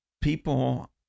People